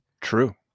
True